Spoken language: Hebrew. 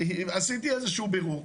עשיתי איזשהו בירור.